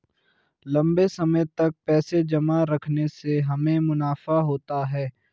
लंबे समय तक पैसे जमा रखने से हमें मुनाफा होता है